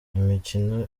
imikino